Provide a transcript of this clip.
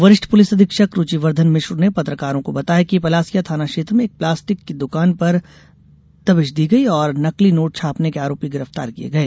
वरिष्ठ पुलिस अधीक्षक रूचीवर्धन मिश्र ने पत्रकारों को बताया कि पलासिया थाना क्षेत्र में एक प्लास्टिक की द्वकान पर दबीश दी गई और नकली नोट छापने के आरोपी गिरफ्तार किये गय